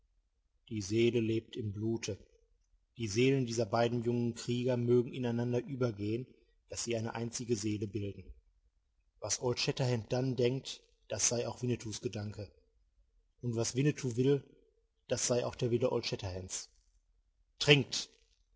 die seele lebt im blute die seelen dieser beiden jungen krieger mögen ineinander übergehen daß sie eine einzige seele bilden was old shatterhand dann denkt das sei auch winnetous gedanke und was winnetou will das sei auch der wille old shatterhands trinkt